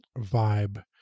vibe